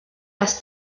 les